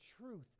truth